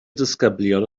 disgyblion